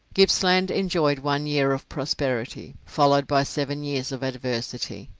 gippsland enjoyed one year of prosperity, followed by seven years of adversity.